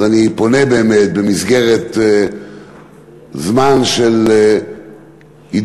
אז אני פונה באמת, במסגרת זמן של הידוק